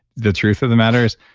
the truth of the matter is,